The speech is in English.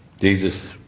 Jesus